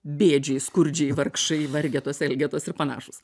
bėdžiai skurdžiai vargšai vargetos elgetos ir panašūs